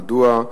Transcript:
מדוע,